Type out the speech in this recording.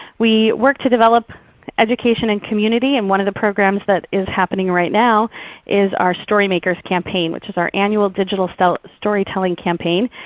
we work to develop education and community. and one of the programs that is happening right now is our storymakers campaign which is our annual digital so storytelling campaign.